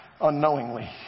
unknowingly